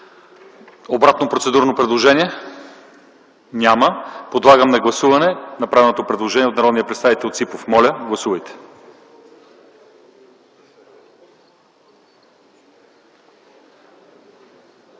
обратно процедурно предложение? Няма. Подлагам на гласуване направеното предложение от народния представител Ципов. Моля, гласувайте.